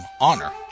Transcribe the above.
honor